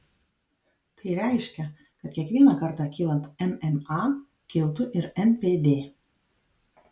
tai reiškia kad kiekvieną kartą kylant mma kiltų ir npd